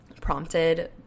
prompted